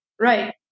Right